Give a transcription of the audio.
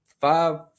five